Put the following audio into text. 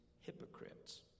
hypocrites